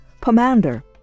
Pomander